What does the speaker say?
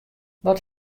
wat